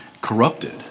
corrupted